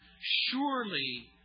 Surely